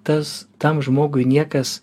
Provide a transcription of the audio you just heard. tas tam žmogui niekas